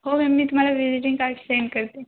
हो मॅम मी तुम्हाला व्हिजिटिंग कार्ड सेंट करते